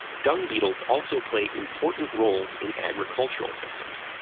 dung beetles also play important roles in agricultural systems.